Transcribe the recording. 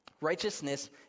Righteousness